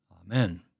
Amen